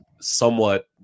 somewhat